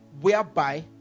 whereby